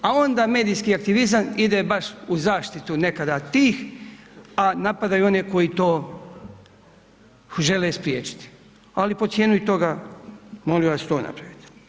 A onda medijski aktivizam ide baš u zaštitu nekada tih a napadaju one koji to žele spriječiti ali pod cijenu i toga, molim vas to napravite.